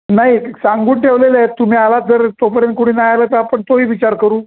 नाही सांगून ठेवलेले आहेत तुम्ही आला जर तोपर्यंत कुणी नाही आलं तर आपण तोही विचार करू